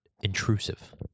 intrusive